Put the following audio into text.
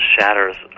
shatters